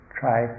try